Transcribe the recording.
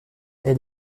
elle